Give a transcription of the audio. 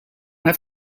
have